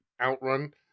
outrun